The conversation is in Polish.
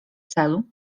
celu